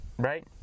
right